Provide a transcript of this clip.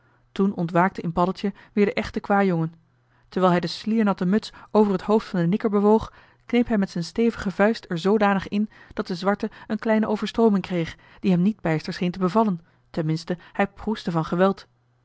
toen ontwaakte in paddeltje weer de echte kwâjongen terwijl hij de sliernatte muts over het hoofd van den nikker bewoog kneep hij met z'n stevige vuist er zoodanig in dat de zwarte een kleine overstrooming kreeg die hem niet bijster scheen te bevallen ten minste hij proestte van geweld